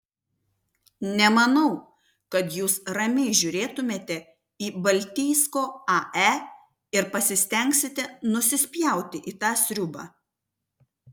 nemanau kad jūs ramiai žiūrėtumėte į baltijsko ae ir pasistengsite nusispjauti į tą sriubą